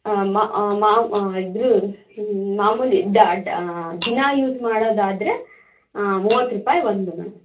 ಮಾ ಮಾ ಇದು ಮಾಮೂಲಿ ದಿನ ಯೂಸ್ ಮಾಡೋದಾದರೆ ಮೂವತ್ತು ರೂಪಾಯಿ ಒಂದು ಮೇಡಂ